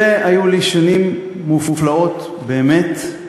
אלה היו לי שנים מופלאות באמת,